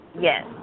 Yes